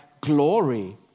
glory